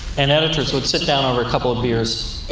and editors would sit down over a couple of beers,